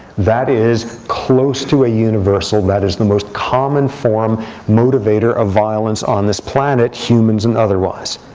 that is close to a universal. that is the most common form motivator of violence on this planet, humans and otherwise.